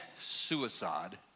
suicide